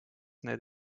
need